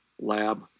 lab